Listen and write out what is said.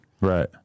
Right